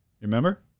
Remember